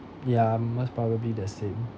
ya most probably the same